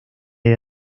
era